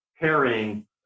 pairing